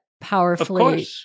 powerfully